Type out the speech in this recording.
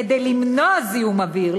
כדי למנוע זיהום אוויר,